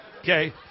Okay